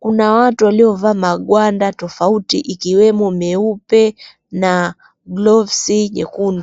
Kuna watu waliovaa magwanda tofauti ikiwemo meupe na gloves nyekundu.